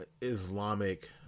Islamic